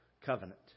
covenant